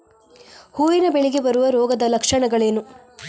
ಹೂವಿನ ಬೆಳೆಗೆ ಬರುವ ರೋಗದ ಲಕ್ಷಣಗಳೇನು?